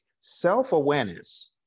Self-awareness